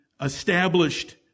established